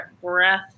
breath